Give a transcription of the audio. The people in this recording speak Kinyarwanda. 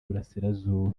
burasirazuba